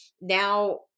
now